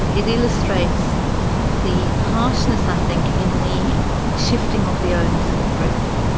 it illustrates the harshness i think in the shifting of the onus of proof,